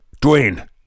Dwayne